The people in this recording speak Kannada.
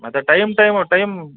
ಮತ್ತೆ ಟೈಮ್ ಟೈಮ್ ಟೈಮ್